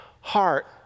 heart